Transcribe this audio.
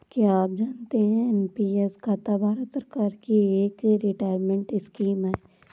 क्या आप जानते है एन.पी.एस खाता भारत सरकार की एक रिटायरमेंट स्कीम है?